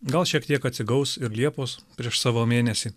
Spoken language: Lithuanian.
gal šiek tiek atsigaus ir liepos prieš savo mėnesį